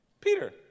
Peter